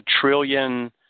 trillion